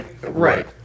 Right